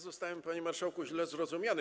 Zostałem, panie marszałku, źle zrozumiany.